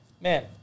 Man